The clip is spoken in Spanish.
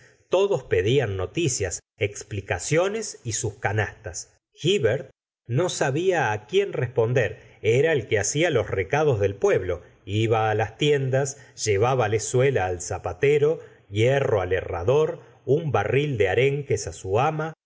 todos pedían noticias explicaciones y sus canastas hivert no sabia quien responder era el que hacia los recados del pueblo iba las tiendas llevábale suela al zapatero hierro al herrador un barril de arenques su ama